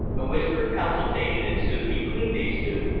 a whispered consultation ensued between these two.